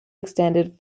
extended